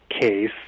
case